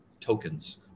tokens